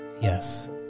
Yes